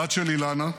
הבת של אילנה,